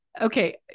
Okay